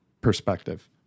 perspective